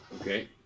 Okay